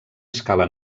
escala